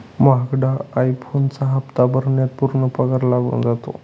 महागडा आई फोनचा हप्ता भरण्यात पूर्ण पगार लागून जातो